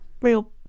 real